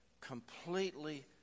completely